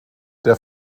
der